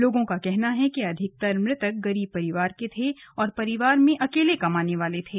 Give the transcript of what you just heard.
लोगों का कहना है कि अधिकतर मृतक गरीब परिवार के थे और परिवार में अकेले कमाने वाले थे